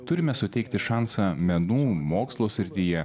turime suteikti šansą menų mokslo srityje